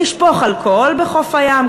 ולשפוך אלכוהול בחוף הים.